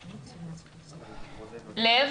נציג האוצר, לב,